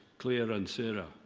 claire and sarah,